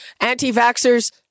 anti-vaxxers